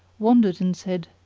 wondered and said,